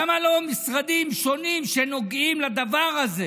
למה לא משרדים שונים שנוגעים לדבר הזה?